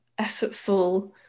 effortful